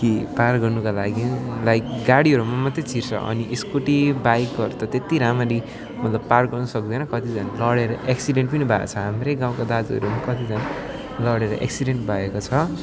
कि पार गर्नको लागि लाइक गाडीहरूमा मात्रै छिर्छ अनि स्कुटी बाइकहरू त त्यत्ति राम्ररी मतलब पार गर्न सक्दैन कतिजना लडेर एक्सिडेन्ट पनि भएको छ हाम्रै गाउँका दाजुहरू पनि कतिजना लडेर एक्सिडेन्ट भएको छ